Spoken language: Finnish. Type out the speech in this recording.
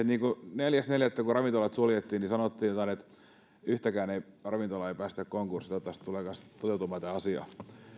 neljäs neljättä suljettiin niin sanottiin että yhtäkään ravintolaa ei päästetä konkurssiin toivottavasti tulee kanssa toteutumaan tämä